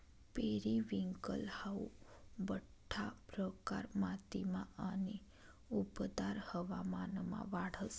periwinkle हाऊ बठ्ठा प्रकार मातीमा आणि उबदार हवामानमा वाढस